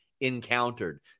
encountered